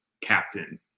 captain